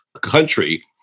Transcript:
country